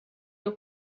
your